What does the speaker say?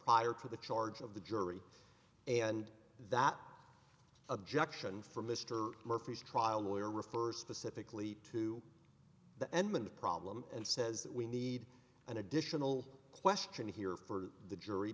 prior to the charge of the jury and that objection from mr murphy's trial lawyer refers specifically to the end when the problem and says that we need an additional question here for the jury